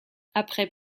après